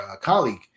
colleague